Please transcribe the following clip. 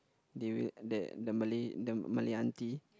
that the Malay the Malay auntie